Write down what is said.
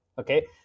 okay